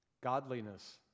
godliness